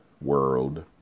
world